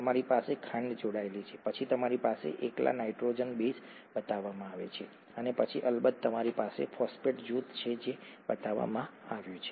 તમારી પાસે ખાંડ જોડાયેલી છે પછી તમારી પાસે એકલા નાઇટ્રોજનસ બેઝ બતાવવામાં આવે છે અને પછી અલબત્ત તમારી પાસે ફોસ્ફેટ જૂથ છે જે બતાવવામાં આવ્યું નથી